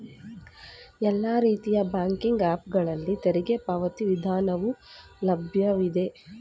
ಎಲ್ಲಾ ರೀತಿಯ banking app ಗಳಲ್ಲಿ ತೆರಿಗೆ ಪಾವತಿ ವಿಧಾನವು ಲಭ್ಯವಿದೆ